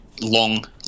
long